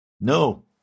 No